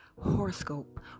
horoscope